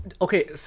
Okay